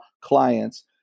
clients